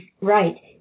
Right